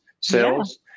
sales